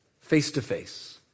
face-to-face